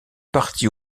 parti